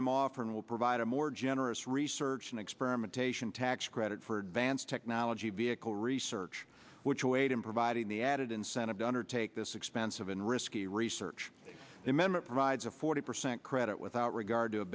i'm offering will provide a more generous research and experimentation tax credit for advanced technology vehicle research which weighed in providing the added incentive to undertake this expensive and risky research remember it provides a forty percent credit without regard to a